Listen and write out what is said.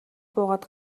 буугаад